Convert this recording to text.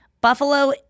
buffalo